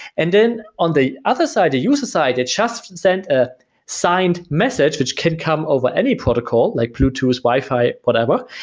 and then on the other side, the user side it just and ah signed message which can come over any protocol, like bluetooth, wi-fi, whatever.